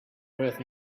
worth